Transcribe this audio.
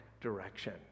direction